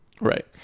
Right